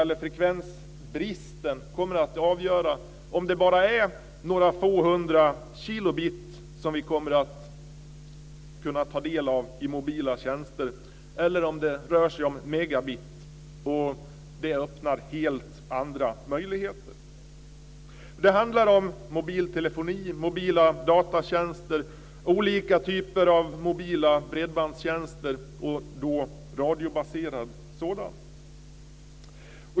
Frekvensbristen kommer att avgöra om det bara är några få hundra kilobit som vi kommer att kunna ta del av i mobila tjänster eller om det rör sig om megabit. Det öppnar helt andra möjligheter. Det handlar om mobiltelefoni, mobila datatjänster och olika typer av mobila bredbandstjänster, radiobaserade sådana.